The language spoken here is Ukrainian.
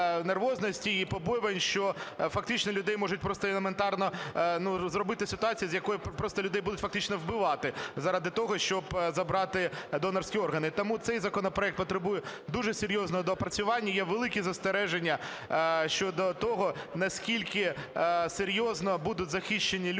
нервозності і побоювання, що фактично можуть просто елементарно зробити ситуацію, з якою просто людей будуть фактично вбивати заради того, щоб забрати донорські органи. Тому цей законопроект потребує дуже серйозного доопрацювання. Є великі застереження щодо того, наскільки серйозно будуть захищені люди